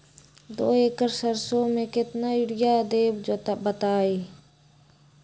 दो एकड़ सरसो म केतना यूरिया देब बताई?